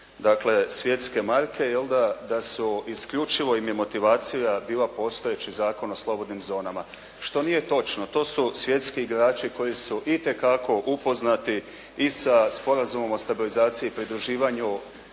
dakle svjetske marke, jel da, da su isključivo im je motivacija bila postojeći Zakon o slobodnim zonama što nije točno. To su svjetski igrači koji su itekako upoznati i sa sporazumom o stabilizaciji i pridruživanju